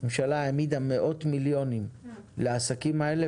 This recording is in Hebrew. הממשלה העמידה מאות מיליונים לעסקים האלה,